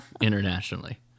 internationally